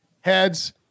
heads